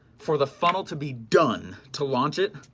for the funnel to be done to launch it,